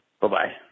Bye-bye